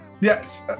Yes